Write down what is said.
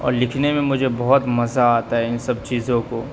اور لکھنے میں مجھے بہت مزہ آتا ہے ان سب چیزوں کو